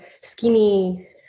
skinny